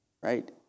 right